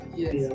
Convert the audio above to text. yes